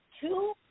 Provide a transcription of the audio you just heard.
two